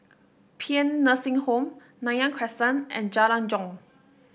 Paean Nursing Home Nanyang Crescent and Jalan Jong